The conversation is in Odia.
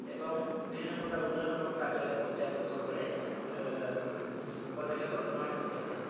ଏବଂ ବିଭିନ୍ନ ପ୍ରକାର ଉନ୍ନୟନ ମୂଳକ କାର୍ଯ୍ୟରେ ପଞ୍ଚାୟତ ସବୁବେଳେ ପଦକ୍ଷେପ ଗ୍ରହଣ କରିଥାଏ